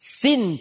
sin